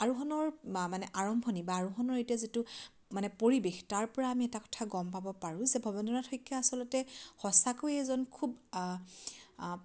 আৰোহণৰ মানে আৰম্ভণি বা আৰোহণৰ এতিয়া যিটো মানে পৰিৱেশ তাৰপৰা আমি এটা কথা গম পাব পাৰোঁ যে ভৱেন্দ্ৰনাথ শইকীয়া আচলতে সঁচাকৈয়ে এজন খুব আ আ